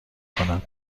کند